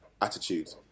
attitude